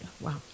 Wow